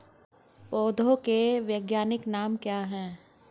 पौधों के वैज्ञानिक नाम क्या हैं?